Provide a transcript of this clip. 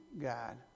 God